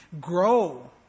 grow